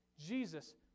Jesus